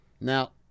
now